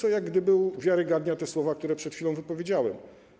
To jak gdyby uwiarygadnia te słowa, które przed chwilą wypowiedziałem.